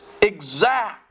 exact